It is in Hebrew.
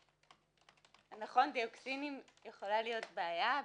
נכון, דיוקסינים, יכולה להיות בעיה.